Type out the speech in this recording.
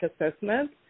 assessment